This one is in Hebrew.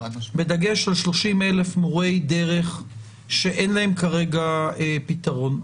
בדגש על 30 אלף מורי דרך שאין להם כרגע פתרון.